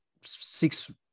six